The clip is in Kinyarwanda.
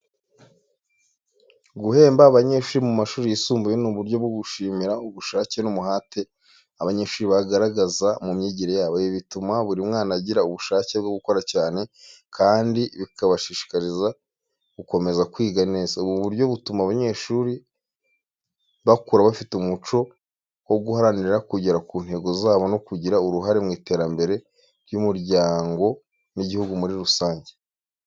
Guhemba abanyeshuri mu mashuri yisumbuye ni uburyo bwo gushimira ubushake n’umuhate abanyeshuri bagaragaza mu myigire yabo. Ibi bituma buri mwana agira ubushake bwo gukora cyane, kandi bikabashishikariza gukomeza kwiga neza. Ubu buryo butuma abanyeshuri bakura bafite umuco wo guharanira kugera ku ntego zabo no kugira uruhare mu iterambere ry’umuryango n’igihugu muri rusange.